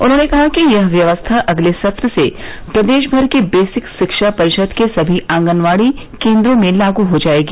उन्होंने कहा कि यह व्यवस्था अगले सत्र से प्रदेश भर के बेसिक शिक्षा परिषद के सभी आंगनबाड़ी केंद्रों में लागू हो जाएगी